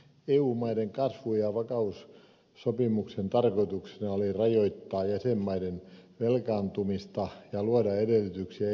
eu maiden kasvu ja vakaussopimuksen tarkoituksena oli rajoittaa jäsenmaiden velkaantumista ja luoda edellytyksiä eu maiden kasvulle